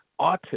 Autism